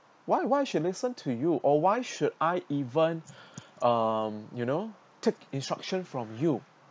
why why should listen to you or why should I even um you know take instruction from you